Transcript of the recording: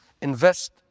invest